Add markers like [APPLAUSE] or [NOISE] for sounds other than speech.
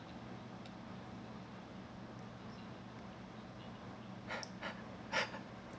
[LAUGHS]